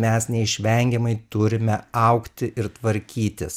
mes neišvengiamai turime augti ir tvarkytis